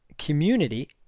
community